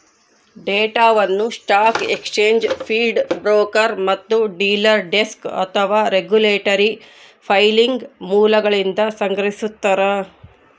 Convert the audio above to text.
ಡೇಟಾವನ್ನು stock exchange feed broker ಮತ್ತು dealer desk ಅಥವಾ ರೆಗ್ಯುಲೇಟರಿ ಫೈಲಿಂಗ್ ಮೂಲಗಳಿಂದ ಸಂಗ್ರಹಿಸ್ತಾರ